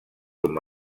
com